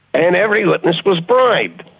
and every witness was bribed,